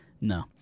No